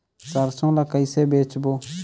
सरसो ला कइसे बेचबो?